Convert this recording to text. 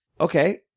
Okay